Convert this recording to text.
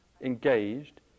engaged